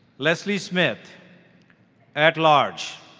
lesley smith at-large.